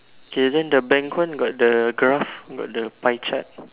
okay then the bank one got the graph got the pie chart